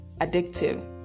addictive